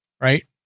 right